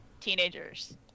teenagers